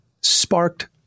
sparked